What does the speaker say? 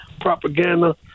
propaganda